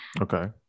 Okay